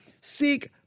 seek